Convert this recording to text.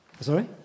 sorry